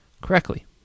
correctly